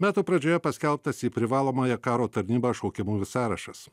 metų pradžioje paskelbtas į privalomąją karo tarnybą šaukiamų sąrašas